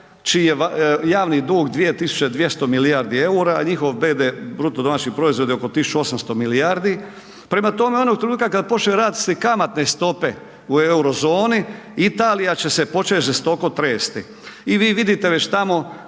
čiji je javni dug 2 tisuće 200 milijardi eura a njihov BDP je oko 1800 milijardi. Prema tome, onog trenutka kad počnu rasti kamatne stope u euro zoni, Italija će se počet žestoko tresti i vi vidite već da